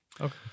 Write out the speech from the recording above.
Okay